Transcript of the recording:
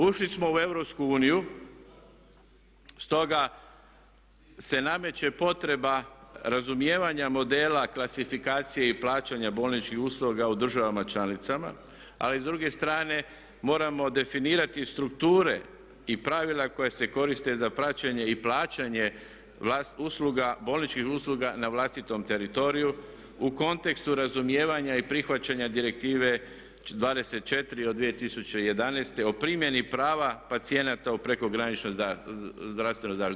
Ušli smo u EU stoga se nameće potreba razumijevanja modela klasifikacije i plaćanja bolničkih usluga u državama članicama, ali s druge strane moramo definirati strukture i pravila koja se koriste za praćenje i plaćanje bolničkih usluga na vlastitom teritoriju u kontekstu razumijevanja i prihvaćanja Direktive 24. od 2011. o primjeni prava pacijenata u prekograničnoj zdravstvenoj zaštiti.